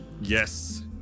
Yes